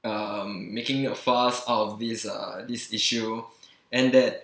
um making a fuss out of this uh this issue and that